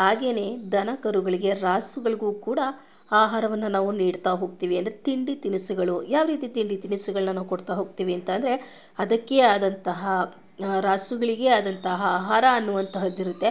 ಹಾಗೆಯೇ ದನಕರುಗಳಿಗೆ ರಾಸುಗಳಿಗೂ ಕೂಡ ಆಹಾರವನ್ನು ನಾವು ನೀಡ್ತಾ ಹೋಗ್ತೀವಿ ಅಂದರೆ ತಿಂಡಿ ತಿನಿಸುಗಳು ಯಾವ ರೀತಿ ತಿಂಡಿ ತಿನಿಸುಗಳನ್ನ ಕೊಡ್ತಾ ನಾವು ಹೋಗ್ತೀವಿ ಅಂತ ಅಂದ್ರೆ ಅದಕ್ಕೆ ಆದಂತಹ ರಾಸುಗಳಿಗೆ ಆದಂತಹ ಆಹಾರ ಅನ್ನುವಂಥದ್ದು ಇರುತ್ತೆ